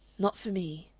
not for me.